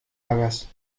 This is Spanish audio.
hagas